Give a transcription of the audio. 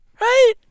Right